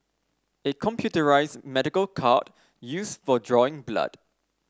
a computerised medical cart used for drawing blood